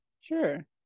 Sure